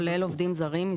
כולל עובדים זרים?